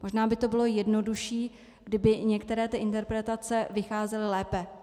Možná by to bylo jednodušší, kdyby některé interpretace vycházely lépe.